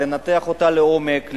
לנתח אותה לעומק,